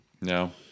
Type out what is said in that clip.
No